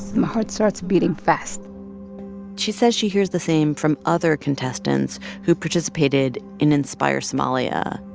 my heart starts beating fast she says she hears the same from other contestants who participated in inspire somalia.